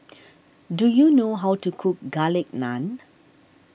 do you know how to cook Garlic Naan